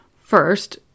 first